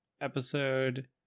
Episode